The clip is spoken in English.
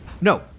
no